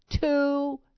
Two